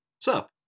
sup